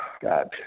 God